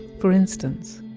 for instance,